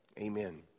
Amen